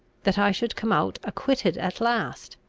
that i should come out acquitted at last?